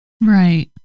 Right